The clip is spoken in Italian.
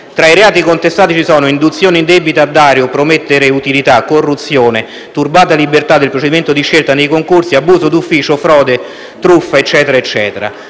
Tra i reati contestati ci sono quelli di induzione indebita a dare o promettere utilità; corruzione; turbata libertà del procedimento di scelta nei concorsi; abuso d'ufficio; frode; truffa e